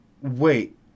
Wait